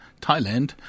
Thailand